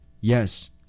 Yes